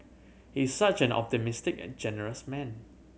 he is such an optimistic a generous man